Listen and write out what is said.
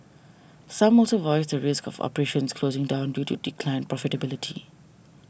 some also voiced the risk of operations closing down due to declined profitability